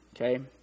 okay